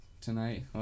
tonight